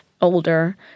older